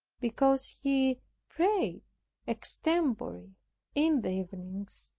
because he prayed extempore in the evenings,